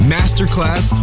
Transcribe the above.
Masterclass